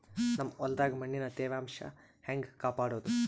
ನಮ್ ಹೊಲದಾಗ ಮಣ್ಣಿನ ತ್ಯಾವಾಂಶ ಹೆಂಗ ಕಾಪಾಡೋದು?